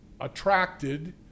attracted